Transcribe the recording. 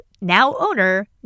now-owner